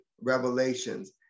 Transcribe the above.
revelations